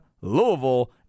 Louisville